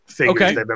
okay